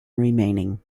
remaining